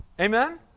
Amen